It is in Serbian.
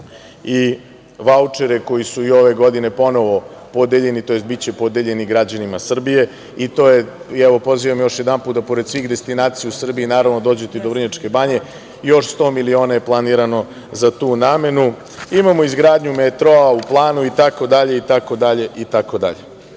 i vaučere koji su i ove godine ponovo podeljeni, tj. biće podeljeni građanima Srbije. Pozivam još jedanput da pored svih destinacija u Srbiji dođete i do Vrnjačke Banje. Još 100 miliona je planirano za tu namenu. Imamo izgradnju metroa u planu, itd, itd, itd. Ono